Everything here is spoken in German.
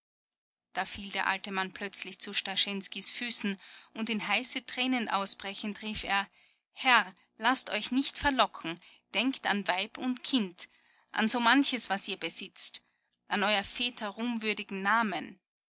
da fiel der alte mann plötzlich zu starschenskys füßen und in heiße tränen ausbrechend rief er herr laßt euch nicht verlocken denkt an weib und kind an so manches was ihr besitzt an eurer väter ruhmwürdigen namen